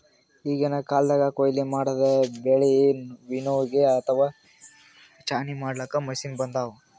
ಈಗಿನ್ ಕಾಲ್ದಗ್ ಕೊಯ್ಲಿ ಮಾಡಿದ್ದ್ ಬೆಳಿ ವಿನ್ನೋವಿಂಗ್ ಅಥವಾ ಛಾಣಿ ಮಾಡ್ಲಾಕ್ಕ್ ಮಷಿನ್ ಬಂದವ್